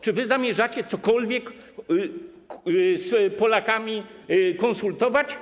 Czy wy zamierzacie cokolwiek z Polakami konsultować?